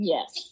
Yes